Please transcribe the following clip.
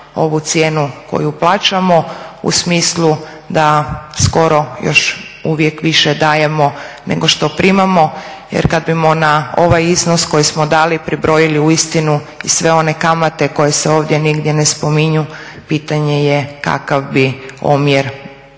ovu cijenu koju plaćamo u smislu da skoro još uvijek više dajemo nego što primamo. Jer kad bismo na ovaj iznos koji smo dali pribrojili uistinu i sve one kamate koje se ovdje nigdje ne spominju, pitanje je kakav bi omjer